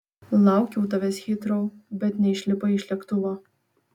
laukiau tavęs hitrou bet neišlipai iš lėktuvo